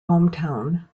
hometown